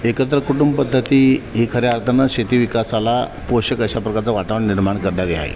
एकत्र कुटुंबपद्धती ही खऱ्या अर्थानं शेती विकासाला पोषक अशा प्रकारचं वातावरण निर्माण करणारी आहे